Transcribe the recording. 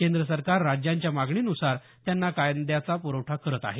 केंद्र सरकार राज्यांच्या मागणीनुसार त्यांना कांद्याचा पुखठा करत आहे